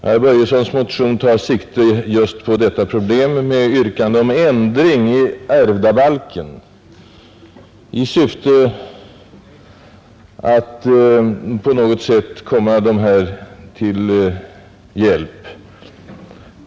Herr Börjessons i Falköping motion tar sikte just på detta problem med yrkande om ändring av ärvdabalken i syfte att på något sätt komma de här människorna till hjälp.